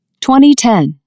2010